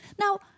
Now